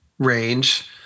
range